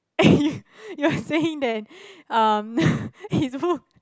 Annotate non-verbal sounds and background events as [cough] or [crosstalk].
[laughs] you you're saying that um [breath] his book